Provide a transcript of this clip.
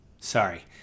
sorry